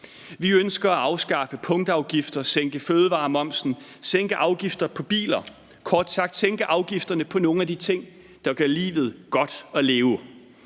Vi ønsker at afskaffe punktafgifter, sænke fødevaremomsen, sænke afgifter på biler – kort sagt at sænke afgifterne på nogle af de ting, der gør livet godt at leve.